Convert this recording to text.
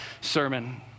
sermon